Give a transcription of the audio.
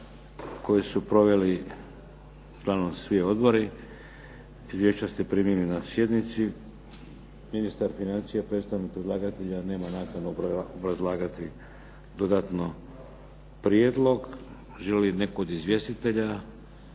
koju su proveli uglavnom svi odbori. Izvješća ste primili na sjednici. Ministar financija, predstavnik predlagatelja nema nakanu obrazlagati dodatno prijedlog. Želi li netko od izvjestitelja